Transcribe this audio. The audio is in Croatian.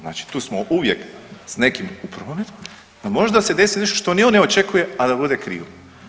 Znači tu smo uvijek s nekim u prometu, možda se desi nešto što ni on ne očekuje, a da bude krivo.